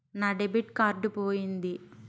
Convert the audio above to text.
నా debit card పోయింది